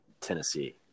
Tennessee